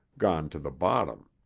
gone to the bottom.